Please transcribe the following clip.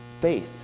faith